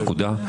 נקודה.